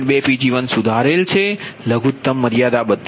2 Pg1 સુધારેલ છે લઘુત્તમ મર્યાદા 32 છે